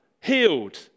healed